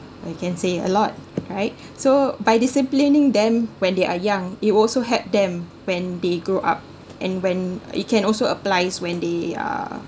you can say a lot right so by disciplining them when they are young it will also help them when they grow up and when it can also applies when they uh